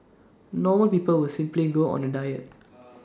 normal people would simply go on A diet